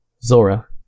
Zora